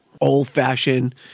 old-fashioned